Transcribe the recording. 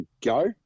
Go